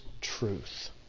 Truth